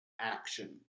action